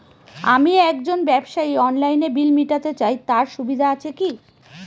আমি একজন ব্যবসায়ী অনলাইনে বিল মিটাতে চাই তার সুবিধা আছে কি?